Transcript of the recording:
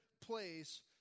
place